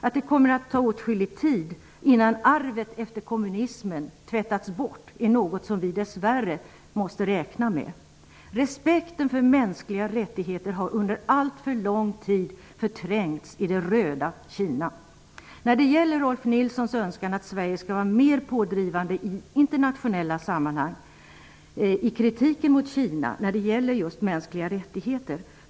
Att det kommer att ta åtskillig tid innan arvet efter kommunismen tvättats bort är något som vi dess värre måste räkna med. Respekten för mänskliga rättigheter har under alltför lång tid förträngts i det röda Kina. Rolf L Nilsons önskar att Sverige skall vara mer pådrivande i internationella sammanhang i kritiken mot Kina i fråga om just mänskliga rättigheter.